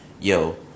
yo